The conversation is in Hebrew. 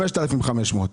5,500 שקל.